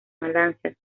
malasia